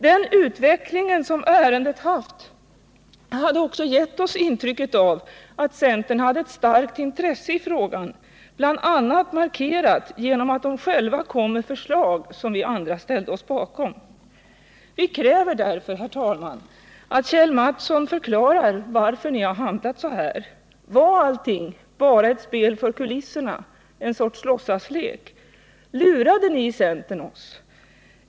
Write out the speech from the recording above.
Den utveckling som ärendet haft hade också gett oss intrycket att centern hade ett starkt intresse i frågan, bl.a. markerat genom att de själva kom med förslag som vi andra ställde oss bakom. Vi kräver därför, herr talman, att Kjell Mattsson förklarar varför han har handlat så här. Var allting bara ett spel för gallerierna, en sorts låtsaslek? Lurade ni i centern oss?